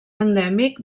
endèmic